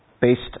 based